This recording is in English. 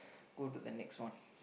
go to the next one